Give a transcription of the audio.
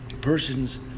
persons